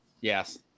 Yes